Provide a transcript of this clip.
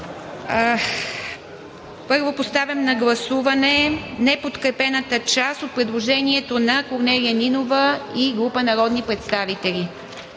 Първо поставям на гласуване неподкрепената част от предложението на Корнелия Нинова и група народни представители.